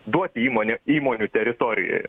duoti įmonė įmonių teritorijoje